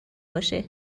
باشد